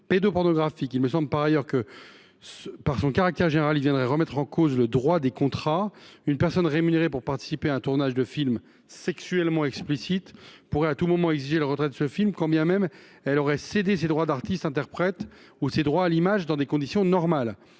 Il me semble par ailleurs que, en raison de son caractère général, l’adoption de cet amendement viendrait remettre en cause le droit des contrats : une personne rémunérée pour participer à un tournage de film sexuellement explicite pourrait à tout moment exiger le retrait de ce film, quand bien même elle aurait cédé ses droits d’artiste interprète ou ses droits à l’image dans des conditions normales.